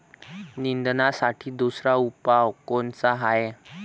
निंदनासाठी दुसरा उपाव कोनचा हाये?